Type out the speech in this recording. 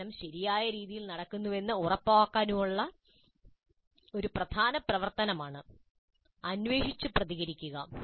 പഠനം ശരിയായ രീതിയിൽ നടക്കുന്നുവെന്ന് ഉറപ്പാക്കാനുള്ള ഒരു പ്രധാന പ്രവർത്തനമാണ് "അന്വേഷിച്ച് പ്രതികരിക്കുക"